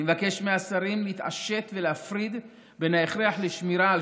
אני מבקש מהשרים להתעשת ולהפריד בין ההכרח לשמירה על